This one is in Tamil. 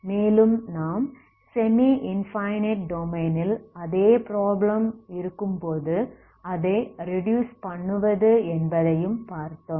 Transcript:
மேலும் நாம் செமி இன்ஃபனைட் டொமைனில் அதே ப்ராப்ளம் இருக்கும்போது அதை ரெடியூஸ் பண்ணுவது என்பதையும் பார்த்தோம்